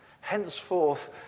Henceforth